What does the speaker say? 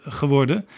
geworden